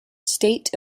state